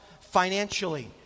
financially